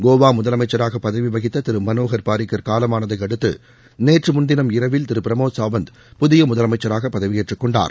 கோவா முதலமைச்சராக பதவி வகித்த திரு மனோகர் பாரிக்கர் காலமானதை அடுத்து நேற்று முன்தினம் இரவில் திரு பிரமோத் சாவந்த் புதிய முதலமைச்சராக பதவியேற்றுக் கொண்டார்